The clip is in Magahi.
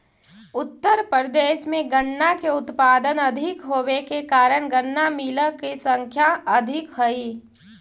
उत्तर प्रदेश में गन्ना के उत्पादन अधिक होवे के कारण गन्ना मिलऽ के संख्या अधिक हई